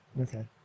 Okay